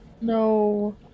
no